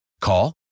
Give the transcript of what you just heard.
Call